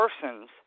persons